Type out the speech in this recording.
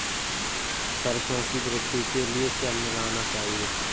सरसों की वृद्धि के लिए क्या मिलाना चाहिए?